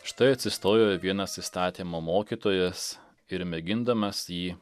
štai atsistojo vienas įstatymo mokytojas ir mėgindamas jį